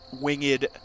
winged